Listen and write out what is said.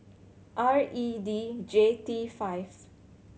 R E D J T five